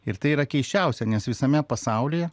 ir tai yra keisčiausia nes visame pasauly